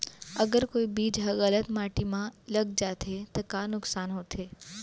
अगर कोई बीज ह गलत माटी म लग जाथे त का नुकसान होथे?